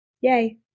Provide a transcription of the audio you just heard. Yay